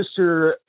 Mr